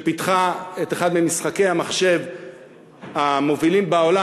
פיתחה את אחד ממשחקי המחשב המובילים בעולם.